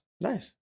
Nice